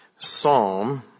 Psalm